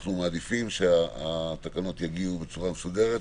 אנחנו מעדיפים שהתקנות יגיעו בצורה מסודרת.